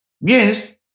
Yes